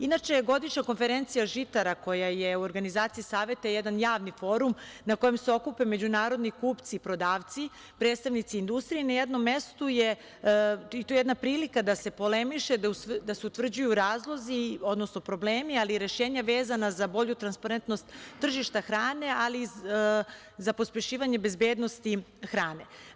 Inače, godišnja konferencija žitara koja je u organizaciji Saveta je jedan javni forum na kojem se okupe međunarodni kupci i prodavci, predstavnici industrije, to je jedna prilika da se polemiše, da se utvrđuju razlozi, odnosno problemi ali i rešenja vezana za bolju transparentnost tržišta hrane ali i za pospešivanje bezbednosti hrane.